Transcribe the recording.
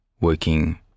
working